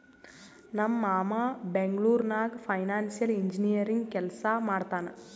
ನಮ್ ಮಾಮಾ ಬೆಂಗ್ಳೂರ್ ನಾಗ್ ಫೈನಾನ್ಸಿಯಲ್ ಇಂಜಿನಿಯರಿಂಗ್ ಕೆಲ್ಸಾ ಮಾಡ್ತಾನ್